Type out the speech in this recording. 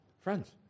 Friends